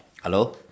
hello